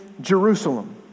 Jerusalem